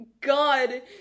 God